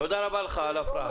תודה רבה לך על ההפרעה.